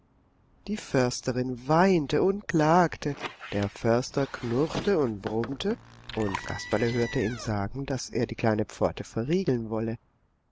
die försterin weinte und klagte der förster knurrte und brummte und kasperle hörte ihn sagen daß er die kleine pforte verriegeln wolle